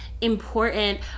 important